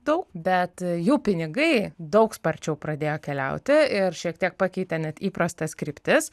daug bet jų pinigai daug sparčiau pradėjo keliauti ir šiek tiek pakeitė net įprastas kryptis